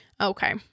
Okay